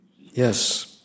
Yes